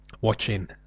watching